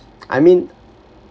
I mean